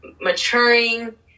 maturing